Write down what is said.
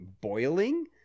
boiling